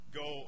go